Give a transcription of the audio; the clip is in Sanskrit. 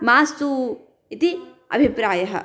मास्तु इति अभिप्रायः